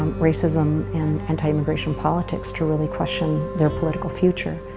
racism and anti-immigration politics, to really question their political future.